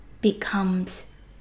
becomes